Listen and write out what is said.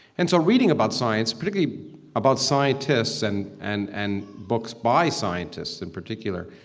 and so reading about science, particularly about scientists and and and books by scientists in particular,